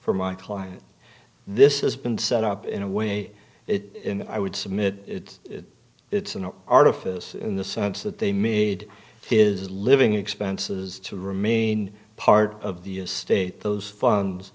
for my client this has been set up in a way it i would submit it's it's an artifice in the sense that they made his living expenses to remain part of the estate those funds